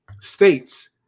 states